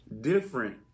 different